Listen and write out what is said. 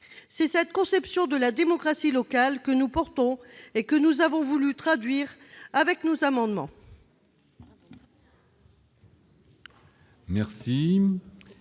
C'est cette conception de la démocratie locale que nous portons et que nous avons voulu traduire au travers de nos amendements.